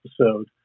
episode